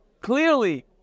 clearly